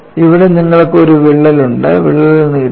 ഇവിടെ നിങ്ങൾക്ക് ഒരു വിള്ളൽ ഉണ്ട് വിള്ളൽ നീട്ടുന്നു